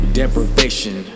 deprivation